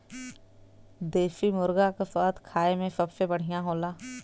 देसी मुरगा क स्वाद खाए में सबसे बढ़िया होला